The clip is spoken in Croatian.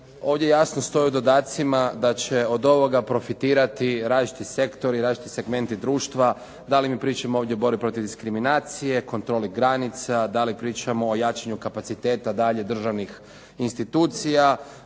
ovdje jasno stoji u dodacima da će od ovoga profitirati različiti sektori, različiti segmenti društva. Da li mi pričamo ovdje o borbi protiv diskriminacije, kontroli granica, da li pričamo o jačanju kapaciteta dalje državnih institucija,